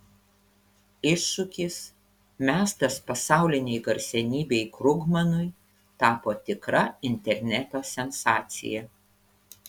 iššūkis mestas pasaulinei garsenybei krugmanui tapo tikra interneto sensacija